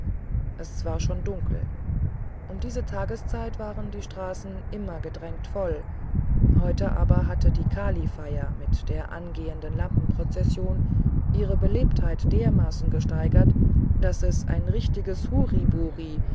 es war schon dunkel um diese tageszeit waren die straßen immer gedrängt voll heute aber hatte die kalifeier mit der angehenden lampenprozession ihre belebtheit dermaßen gesteigert daß es ein richtiges